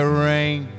rain